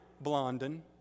Blondin